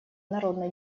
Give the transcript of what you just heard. народно